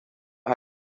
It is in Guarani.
ha